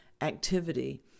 activity